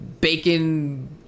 bacon